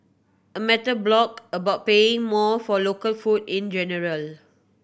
a mental block about paying more for local food in general